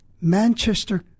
Manchester